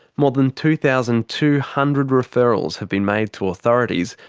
more than two thousand two hundred referrals have been made to authorities,